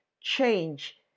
change